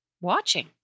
watching